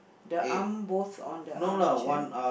the arm both on the armchair